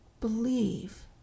believe